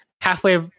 halfway